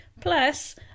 Plus